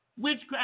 witchcraft